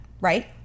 right